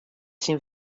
syn